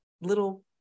little